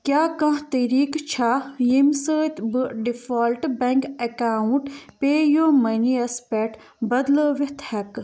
کیٛاہ کانٛہہ طریٖقہٕ چھےٚ ییٚمہِ سۭتۍ بہٕ ڈِفالٹ بٮ۪نٛک اٮ۪کاوُنٛٹ پے یوٗ مٔنی یَس پٮ۪ٹھ بدلٲوِتھ ہٮ۪کہٕ